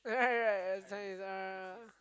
right right